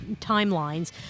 timelines